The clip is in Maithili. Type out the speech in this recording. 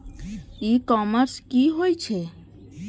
ई कॉमर्स की होए छै?